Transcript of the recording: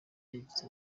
yagize